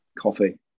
coffee